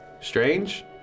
Strange